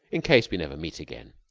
in case we never meet again